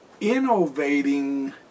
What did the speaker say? innovating